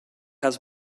has